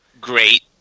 great